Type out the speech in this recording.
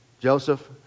Joseph